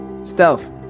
Stealth